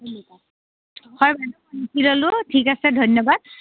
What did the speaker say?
হয় বাইদেউ ঠিক আছে ধন্যবাদ